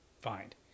find